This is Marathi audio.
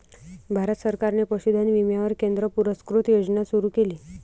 भारत सरकारने पशुधन विम्यावर केंद्र पुरस्कृत योजना सुरू केली